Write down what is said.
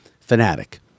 fanatic